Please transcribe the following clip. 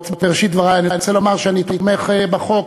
בראשית דברי אני רוצה לומר שאני תומך בחוק,